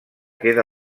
queda